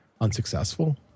unsuccessful